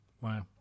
wow